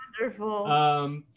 wonderful